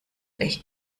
echt